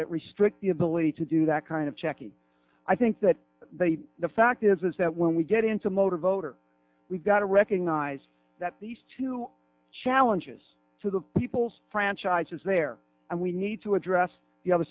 that restrict the ability to do that kind of checking i think that the fact is that when we get into motor voter we've got to recognize that these two challenges to the people's franchise is there and we need to address the other